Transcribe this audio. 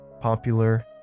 popular